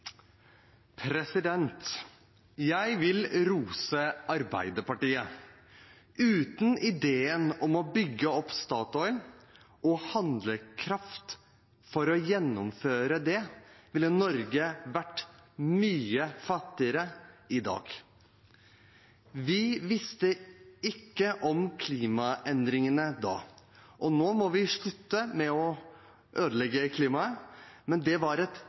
og handlekraft for å gjennomføre det ville Norge vært mye fattigere i dag. Vi visste ikke om klimaendringene da, og nå må vi slutte med å ødelegge klimaet, men det var et